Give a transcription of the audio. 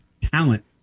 talent